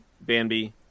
Bambi